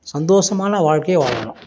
சந்தோசமான வாழ்க்கைய வாழணும்